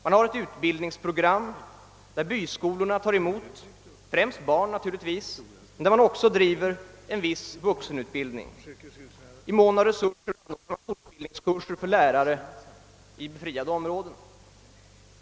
Man har ett utbildningsprogram, i vilket byskolorna naturligtvis främst tar emot barn men enligt vilket också en viss vuxenutbildning bedrivs. I mån av resurser anordnar man fortbildningskurser för lärare i befriade områden.